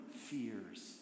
fears